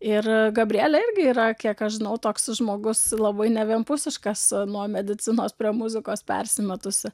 ir gabrielė irgi yra kiek aš žinau toks žmogus labai nevienpusiškas nuo medicinos prie muzikos persimetusi